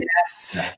yes